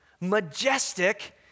Majestic